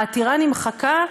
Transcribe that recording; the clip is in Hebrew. העתירה נמחקה,